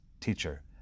Teacher